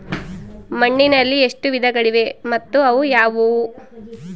ಮಣ್ಣಿನಲ್ಲಿ ಎಷ್ಟು ವಿಧಗಳಿವೆ ಮತ್ತು ಅವು ಯಾವುವು?